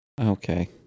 Okay